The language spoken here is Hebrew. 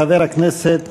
חבר הכנסת